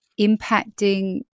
impacting